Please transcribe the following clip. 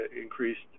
increased